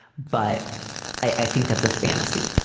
but i think that's a fantasy.